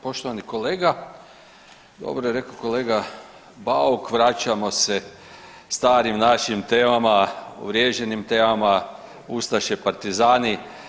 Poštovani kolega, dobro je rekao kolega Bauk vraćamo se starim našim temama, uvriježenim temama ustaše, partizani.